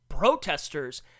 protesters